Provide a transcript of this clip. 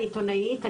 אני עיתונאית,